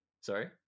Sorry